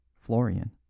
Florian